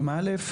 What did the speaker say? "20א.